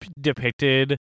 depicted